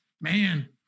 man